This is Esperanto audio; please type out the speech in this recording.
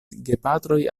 gepatroj